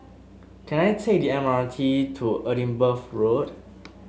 can I take the M R T to Edinburgh Road